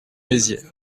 mézières